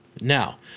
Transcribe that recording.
Now